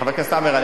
חבר הכנסת עמאר,